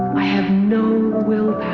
i have no willpower.